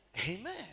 amen